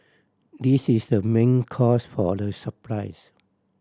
this is the main cause for the surprise